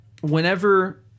whenever